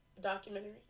documentary